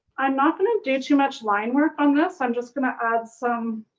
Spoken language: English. i'm not gonna do too much line work on this. i'm just gonna add some